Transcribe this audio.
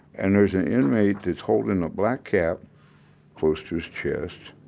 and there's an inmate that's holding a black cat close to his chest,